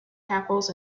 tackles